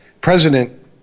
president